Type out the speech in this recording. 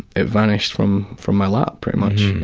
it vanished from from my lap, pretty much.